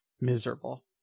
Miserable